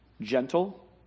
gentle